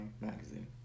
magazine